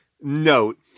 note